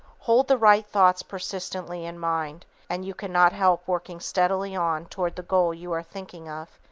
hold the right thoughts persistently in mind, and you cannot help working steadily on toward the goal you are thinking of.